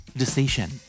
decision